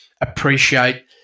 appreciate